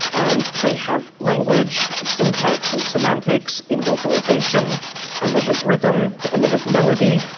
and they have language, syntax and semantics in vocalisation and they have rhythm and they have melody.